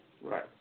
Right